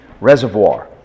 Reservoir